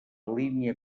línia